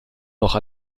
noch